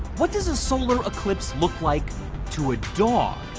what does a solar eclipse look like to a dog.